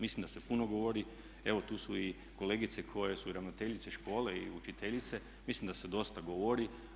Mislim da se puno govori, evo tu su i kolegice i koje su i ravnateljice škole i učiteljice, mislim da se dosta govori.